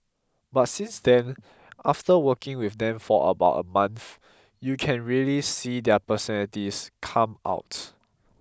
but since then after working with them for about a month you can really see their personalities come out